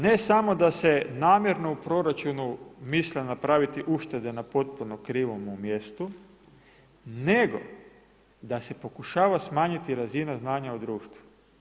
Ne samo da se namjerno u proračunu misle napraviti uštede na potpuno krivom mjestu, nego, da se pokušava smanjiti razina znanja u društvu.